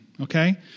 okay